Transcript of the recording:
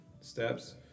steps